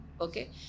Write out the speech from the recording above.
okay